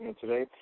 today